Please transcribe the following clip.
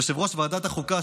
יושב-ראש ועדת החוקה,